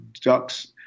ducks